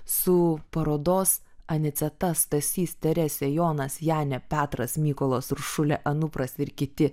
su parodos aniceta stasys teresė jonas jane petras mykolas uršulė anupras ir kiti